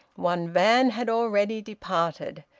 one van had already departed,